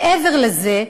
מעבר לזה,